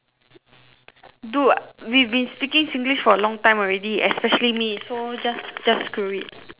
dude we've been speaking Singlish for a long time already especially me so just just screw it